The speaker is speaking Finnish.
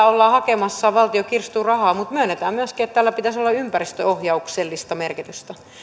ollaan hakemassa valtion kirstuun rahaa mutta myönnetään myöskin että tällä pitäisi olla ympäristöohjauksellista merkitystä